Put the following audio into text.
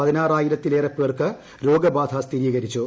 പതിനായിരത്തിലേറെ പേർക്ക് രോഗ ബാധ സ്ഥിരീകരിച്ചു